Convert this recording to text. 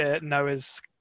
Noah's